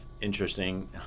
interesting